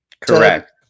Correct